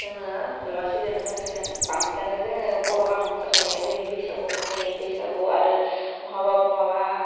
जोङो माबासिगोन मोसासिगोन बांसिनानो जोङो बर' गानाव मोसाखायो जोंनि बैसागुआव मोसायो बैसागु आरो बहाबा बहाबा